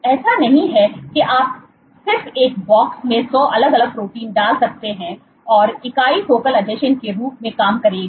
ऐसा नहीं है कि आप सिर्फ एक बॉक्स में सौ अलग अलग प्रोटीन डाल सकते हैं और इकाई फोकल आसंजन के रूप में काम करेगी